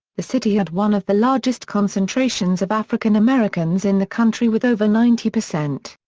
the city had one of the largest concentrations of african-americans in the country with over ninety percent.